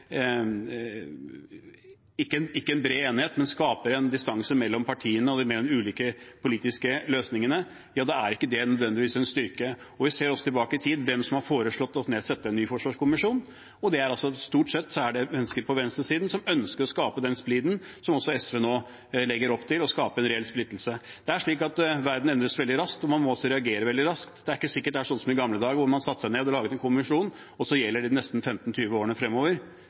bred enighet, men en distanse mellom partiene og mellom de ulike politiske løsningene, er det ikke nødvendigvis en styrke. Vi ser også – tilbake i tid – hvem som har foreslått å sette ned en ny forsvarskommisjon, og det er altså stort sett mennesker på venstresiden som ønsker å skape den spliden som SV nå også legger opp til, og skape en reell splittelse. Verden endres veldig raskt, og man må også reagere veldig raskt. Det er ikke sikkert det er sånn som i gamle dager, hvor man satte seg ned og laget en kommisjon, og så gjaldt den i de neste 15–20 årene fremover.